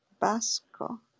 basco